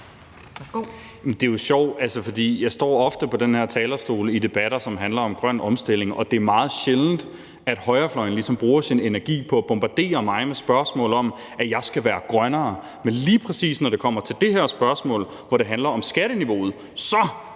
Det er jo sjovt, for jeg står ofte på den her talerstol i debatter, som handler om grøn omstilling, og det er meget sjældent, at højrefløjen ligesom bruger sin energi på at bombardere mig med udsagn om, at jeg skal være grønnere, men lige præcis når det kommer til det her spørgsmål, hvor det handler om skatteniveauet, så